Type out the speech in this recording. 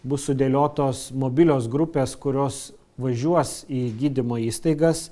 bus sudėliotos mobilios grupės kurios važiuos į gydymo įstaigas